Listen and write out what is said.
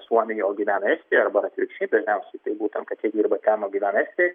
suomijoj o gyvena estijoj arba atvirkščiai dažniausiai tai būtent kad jie dirba ten o gyvena estijoj